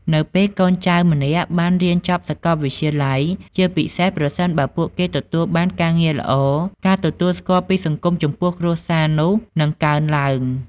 នៅពេលកូនចៅម្នាក់បានរៀនចប់សាកលវិទ្យាល័យ ជាពិសេសប្រសិនបើពួកគេទទួលបានការងារល្អ ការទទួលស្គាល់ពីសង្គមចំពោះគ្រួសារនោះនឹងកើនឡើង។